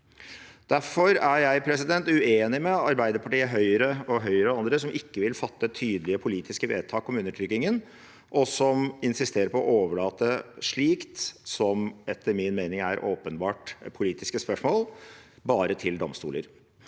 Derfor er jeg uenig med Arbeiderpartiet, Høyre og andre som ikke vil fatte tydelige politiske vedtak om undertrykkingen, og som insisterer på å overlate slikt, som etter min mening er åpenbart politiske spørsmål, bare til domstoler.